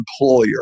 employer